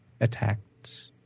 attacked